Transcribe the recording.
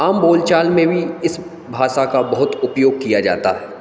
आम बोल चाल में भी इस भाषा का बहुत उपयोग किया जाता है